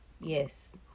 Yes